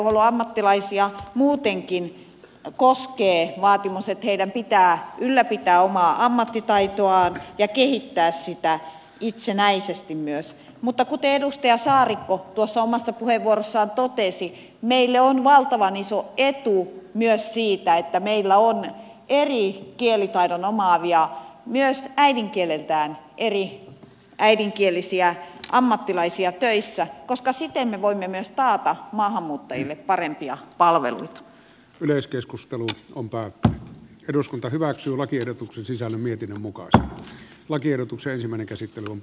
terveydenhuollon ammattilaisia muutenkin koskee vaatimus että heidän pitää ylläpitää omaa ammattitaitoaan ja kehittää sitä itsenäisesti myös mutta kuten edustaja saarikko tuossa omassa puheenvuorossaan totesi meille on myös valtavan iso etu siitä että meillä on eri kielitaidon omaavia myös äidinkieleltään eri äidinkielisiä ammattilaisia töissä koska siten me voimme taata myös maahanmuuttajille parempia palveluita myös keskustelu on päättänyt eduskunta hyväksyi lakiehdotuksen sisällön mietinnön mukaan lakiehdotuksen semanakäsitellä